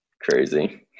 Crazy